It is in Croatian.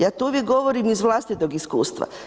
Ja to uvijek govorim iz vlastitog iskustva.